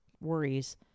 worries